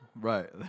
Right